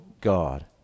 God